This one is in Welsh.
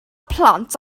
plant